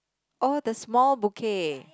oh the small bouquet